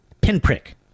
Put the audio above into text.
Pinprick